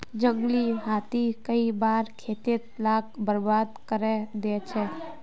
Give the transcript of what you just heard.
जंगली हाथी कई बार खेत लाक बर्बाद करे दे छे